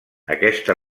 aquesta